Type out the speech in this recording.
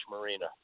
Marina